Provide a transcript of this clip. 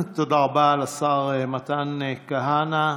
תודה רבה לשר מתן כהנא.